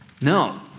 No